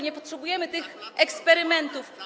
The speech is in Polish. Nie potrzebujemy tych eksperymentów.